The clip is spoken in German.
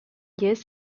jähes